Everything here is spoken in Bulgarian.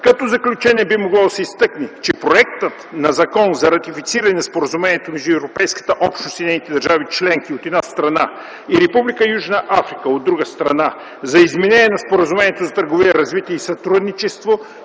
Като заключение би могло да се изтъкне, че проектът на Закон за ратифициране на Споразумението между Европейската общност и нейните държави членки, от една страна, и Република Южна Африка, от друга страна, за изменение на Споразумението за търговия, развитие и сътрудничество